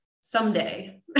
someday